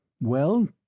Well